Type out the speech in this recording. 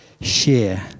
share